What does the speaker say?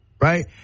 right